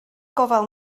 gofal